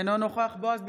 אינו נוכח בועז ביסמוט,